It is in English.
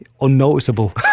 unnoticeable